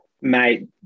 Mate